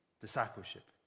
discipleship